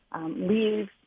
leave